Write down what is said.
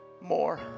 More